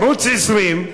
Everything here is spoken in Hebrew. ערוץ 20,